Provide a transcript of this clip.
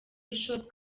bishop